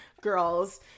girls